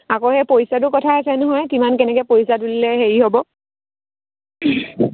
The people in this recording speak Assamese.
আকৌ সেই পইচাটো কথা আছে নহয় কিমান কেনেকৈ পইচা তুলিলে হেৰি হ'ব